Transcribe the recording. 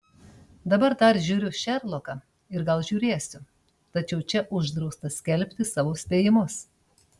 dabar dar žiūriu šerloką ir gal žiūrėsiu tačiau čia uždrausta skelbti savo spėjimus